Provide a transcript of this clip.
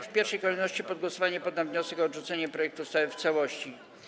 W pierwszej kolejności pod głosowanie poddam wniosek o odrzucenie projektu ustawy w całości.